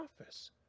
office